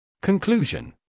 Conclusion